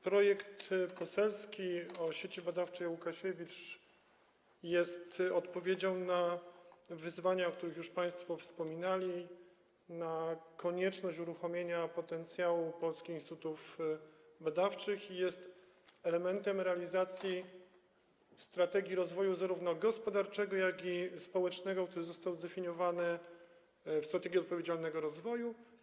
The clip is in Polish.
Projekt poselski o Sieci Badawczej Łukasiewicz jest odpowiedzią na wyzwania, o których już państwo wspominali, na konieczność uruchomienia potencjału polskich instytutów badawczych i jest elementem realizacji strategii rozwoju zarówno gospodarczego, jak i społecznego, który został zdefiniowany w strategii odpowiedzialnego rozwoju.